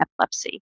epilepsy